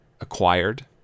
acquired